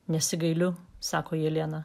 nesigailiu sako jelena